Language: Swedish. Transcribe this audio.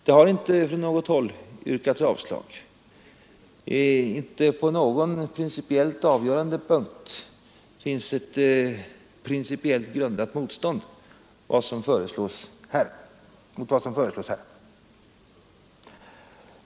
Det har inte från något håll yrkats avslag på förslaget — inte på någon principiellt avgörande punkt finns ett principiellt grundat motstånd mot vad som föreslås här.